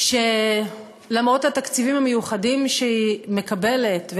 שלמרות התקציבים המיוחדים שהיא מקבלת,